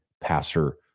passer